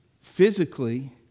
physically